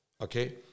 okay